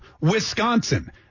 Wisconsin